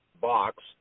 box